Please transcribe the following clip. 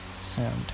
sound